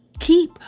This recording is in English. Keep